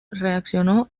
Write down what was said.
relacionó